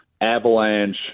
Avalanche